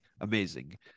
amazing